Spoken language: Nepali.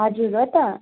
हजुर हो त